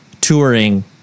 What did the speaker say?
touring